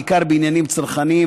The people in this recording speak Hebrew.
בעיקר בעניינים צרכניים.